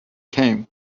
came